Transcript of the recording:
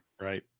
Right